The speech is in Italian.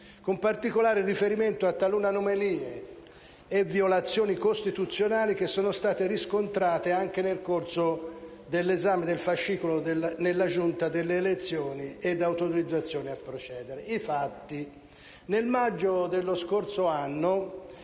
con particolare riferimento a talune anomalie e violazioni costituzionali che sono state riscontrate anche nel corso dell'esame del fascicolo nella Giunta delle elezioni e delle immunità parlamentari. Vengo ai fatti: nel maggio dello scorso anno